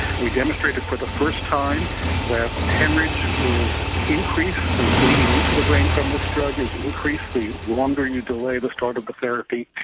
we demonstrated for the first time that haemorrhage is increased, free bleeding into the brain from the stroke is and increased the longer you delay the start of the therapy.